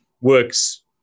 works